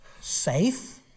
safe